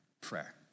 prayer